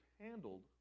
handled